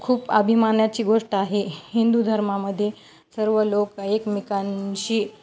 खूप अभिमानाची गोष्ट आहे हिंदू धर्मामध्ये सर्व लोक एकमेकांशी